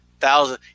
thousand